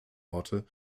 orte